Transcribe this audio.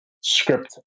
script